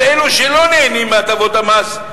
אבל אלה שלא נהנים מהטבות במס,